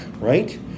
Right